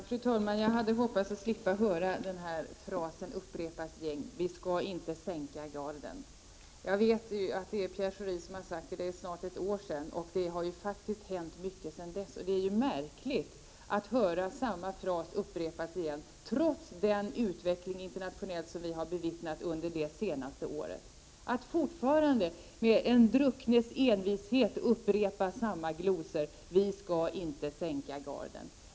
Fru talman! Jag hade hoppats att slippa höra den här frasen upprepas igen: ”Vi skall inte sänka garden.” Jag vet att det är Pierre Schori som har uttalat den, och det är märkligt att höra samma fras upprepas. Trots den utveckling internationellt som vi har bevittnat det senaste året upprepar man fortfarande med en druckens envishet samma glosor: Vi skall inte sänka garden.